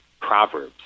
Proverbs